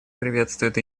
приветствует